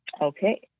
Okay